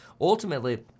Ultimately